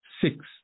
six